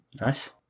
Nice